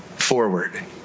Forward